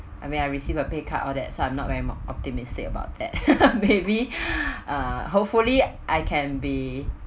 I mean I receive a pay cut all that so I'm not very op~ optimistic about that maybe uh hopefully I can be